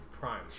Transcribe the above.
Prime